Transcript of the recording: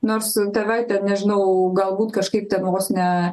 nors tave nežinau galbūt kažkaip ten vos ne